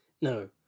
No